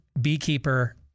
beekeeper